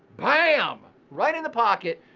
bam! right in the pocket.